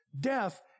Death